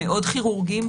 המאוד כירורגיים,